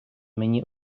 мені